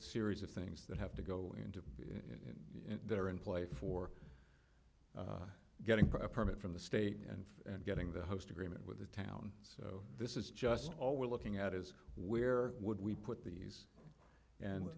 series of things that have to go into in there in play for getting pregnant from the state and and getting the host agreement with the town so this is just all we're looking at is where would we put these